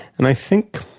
and i think